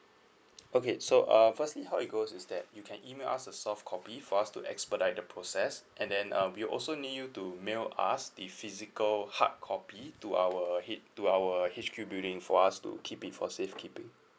okay so uh firstly how it goes is that you can email us a soft copy for us to expedite the process and then uh we also need you to mail us the physical hard copy to our head to our H_Q building for us to keep it for safe keeping